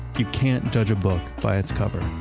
you can't judge a book by its cover.